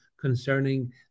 concerning